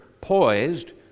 poised